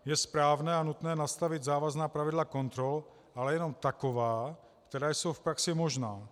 Je správné a nutné nastavit závazná pravidla kontrol, ale jenom taková, která jsou v praxi možná.